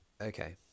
Okay